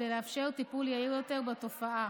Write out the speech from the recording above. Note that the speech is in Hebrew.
כדי לאפשר טיפול יעיל יותר בתופעה: